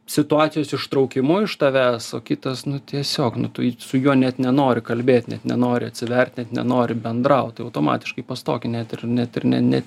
situacijos ištraukimu iš tavęs o kitas nu tiesiog nu tu jį su juo net nenori kalbėt net nenori atsivert net nenori bendraut tai automatiškai pas tokį net ir net ir ne ne